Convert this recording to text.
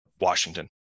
Washington